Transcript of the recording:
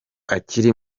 akiri